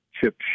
chip